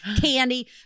candy